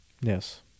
Yes